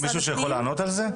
יש כאן מישהו שיכול לענות על זה?